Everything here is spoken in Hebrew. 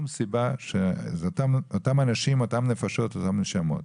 אלה אותם אנשים, אותן נפשות, אותן נשמות.